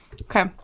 Okay